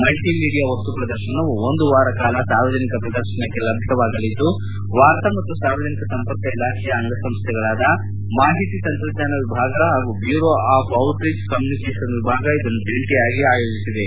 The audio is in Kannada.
ಮಲ್ಟಿ ಮೀಡಿಯಾ ವಸ್ತು ಪ್ರದರ್ತನವು ಒಂದು ವಾರ ಕಾಲ ಸಾರ್ವಜನಿಕ ಪ್ರದರ್ಶನಕ್ಕೆ ಲಭ್ಯವಾಗಲಿದ್ದು ವಾರ್ತಾ ಮತ್ತು ಸಾರ್ವಜನಿಕಸಂಪರ್ಕ ಇಲಾಖೆಯ ಅಂಗಸಂಸ್ಥೆಗಳಿಂದ ಮಾಹಿತಿ ತಂತ್ರಜ್ಞಾನ ವಿಭಾಗ ಹಾಗೂ ಬ್ಯೂರೋ ಆಫ್ ಜಿಟರೀಚ್ ಕಮ್ಯೂನಿಕೇಷನ್ ವಿಭಾಗ ಇದನ್ನು ಜಂಟಿಯಾಗಿ ಆಯೋಜಿಸಿವೆ